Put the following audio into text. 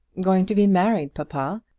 going to be married, papa.